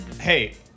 Hey